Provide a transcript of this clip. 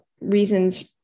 reasons